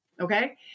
Okay